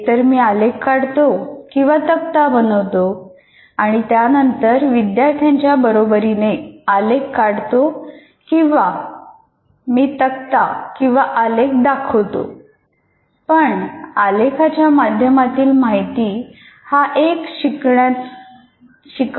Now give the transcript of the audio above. एकतर मी आलेख काढतो किंवा तक्ता बनवतो आणि त्यानंतर विद्यार्थ्यांच्या बरोबरीने आलेख काढतो किंवा मी तक्ता किंवा आलेख दाखवतो पण आलेखाच्या माध्यमातील माहिती हा एक शिकवण्याचा भाग होतो